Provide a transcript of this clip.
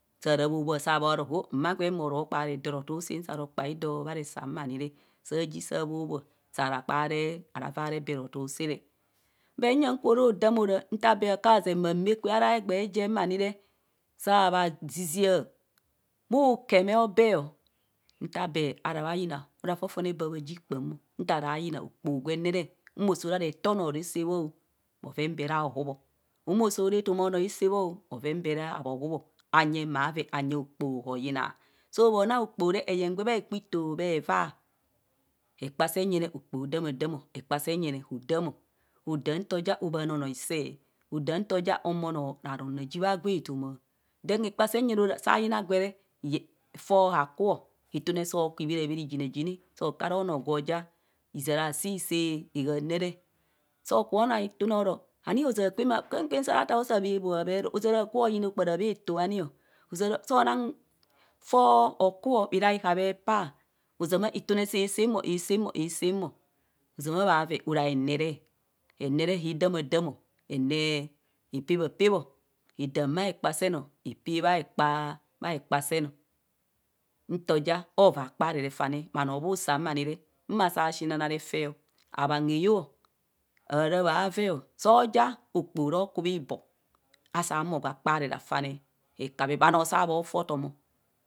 Sara bhobhoa, saa bhoroho mma gwen bhoro kpaare doo rotuu saam saro kpae doo kha nesaam ma nire. saaji sabhobhoa saa rakpaare bee rotuu saa re, but nyang kwo ro dam oro, nta bee ka zeng bha maa kwe ara egbee yem ma ni re, saa bha zizia bhukeme obee nta bee ara bhayina ara fofone bha ji kpamo nta rakhayina okpoko gwen ne re mmo sora reto noo rasa bho o bheven bee re ahubo, moso ra etoma noo asaa bhoo bhoven bee re ahubo a nyeng bhaveng anyeng okpoho hoyina. So mo naa okpoho re, eyeng gwe ibhakpito bhevaa hekpa senjene okpoho odaamadam, hekpa senjene ho daam o. odam nto ja obhanaa noo hisee, odam nto ja ohumo rarum ra ji bha gwo etoma. hekpa sen jene ara sayina gwere foo haku itune soku ibherebhe iginoigine o. soo kuara noo gwo ja hizaa rasi hisaa hahan re soo kubho naa itune ro ani ozaa kwem o, kwen kwen saa ra taa bho saa bha bhoa bhero hozaa akwo hoyina okparaa bha too bhoni o hozaara, soo nang foo hoku bhirai habheepaa ozama itune saa, saa mo asaa mo, asaa mo, ozama ara bhoveng ora hene re. hene re hee damaadam o, hene hee pee a pee bo, hee daam bhaekpa seen, hee pee bhaekpa seen o. nto ja ovai akpaare refane bhanoo bhusa ma nire ma saa shinana nefane bhanoo bhusa ma nire ma saa shinana refeo abhang heyoo ara bhaveo soja okpoho re oku bhiboo asaa humo give akpaare nefane hekabhe, bhanoo saa fi otom.